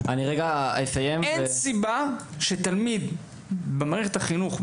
כי אין סיבה שתלמיד במערכת החינוך בישראל,